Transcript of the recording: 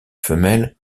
femelle